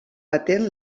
patent